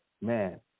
man